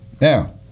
Now